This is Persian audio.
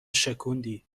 شکوندی